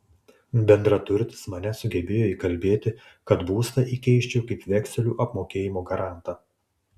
bendraturtis mane sugebėjo įkalbėti kad būstą įkeisčiau kaip vekselių apmokėjimo garantą